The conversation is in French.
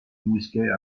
mousquet